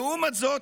לעומת זאת,